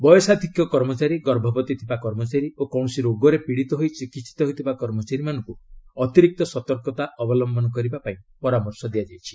ବୟସାଧିକ୍ୟ କର୍ମଚାରୀ ଗର୍ଭବତୀ ଥିବା କର୍ମଚାରୀ ଓ କୌଣସି ରୋଗରେ ପୀଡ଼ିତ ହୋଇ ଚିକିିିିତ ହେଉଥିବା କର୍ମଚାରୀମାନଙ୍କୁ ଅତିରିକ୍ତ ସତର୍କତା ଅବଲମ୍ଭନ କରିବାପାଇଁ ପରାମର୍ଶ ଦିଆଯାଇଛି